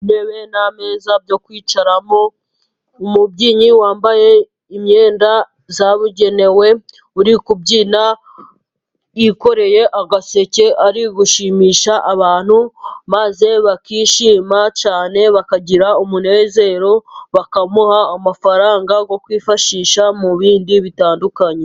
Intebe n'ameza byo kwicaramo ,umubyinnyi wambaye imyenda yabugenewe uri kubyina yikoreye agaseke, ari gushimisha abantu maze bakishima cyane bakagira umunezero ,bakamuha amafaranga yo kwifashisha mu bindi bitandukanye.